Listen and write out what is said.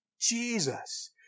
Jesus